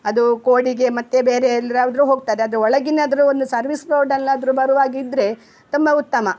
ಅದು ಕೋಡಿಗೆ ಮತ್ತೆ ಬೇರೆ ಎಲ್ಲಾದ್ರು ಹೋಗ್ತಾರೆ ಆದರೆ ಒಳಗಿನಾದ್ರು ಒಂದು ಸರ್ವಿಸ್ ರೋಡಲ್ಲಾದ್ರು ಬರುವಾಗ ಇದ್ದರೆ ತುಂಬ ಉತ್ತಮ